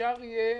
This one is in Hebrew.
אפשר יהיה